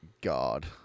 God